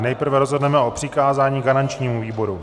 Nejprve rozhodneme o přikázání garančnímu výboru.